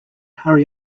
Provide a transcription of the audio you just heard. hurry